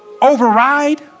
override